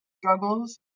struggles